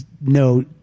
no